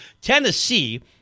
Tennessee